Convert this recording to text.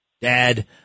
dad